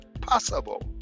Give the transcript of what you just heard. Possible